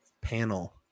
panel